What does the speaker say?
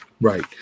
Right